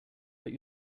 but